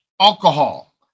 alcohol